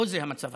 לא זה המצב.